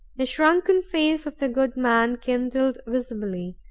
the shrunken face of the good man kindled visibly,